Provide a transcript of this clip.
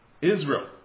Israel